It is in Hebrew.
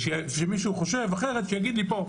אם מישהו חושב אחרת שיגיד לי פה.